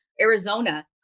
Arizona